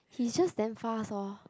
he's just damn fast orh